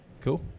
Cool